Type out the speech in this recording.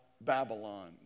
Babylon